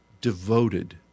devoted